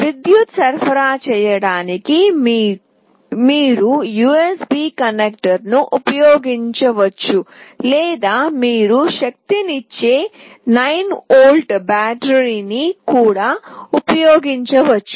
విద్యుత్తు సరఫరా చేయడానికి మీరు USB కనెక్టర్ను ఉపయోగించవచ్చు లేదా మీరు శక్తినిచ్చే 9 వోల్ట్ బ్యాటరీని కూడా ఉపయోగించవచ్చు